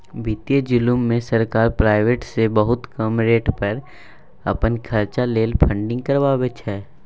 बित्तीय जुलुम मे सरकार प्राइबेट सँ बहुत कम रेट पर अपन खरचा लेल फंडिंग करबाबै छै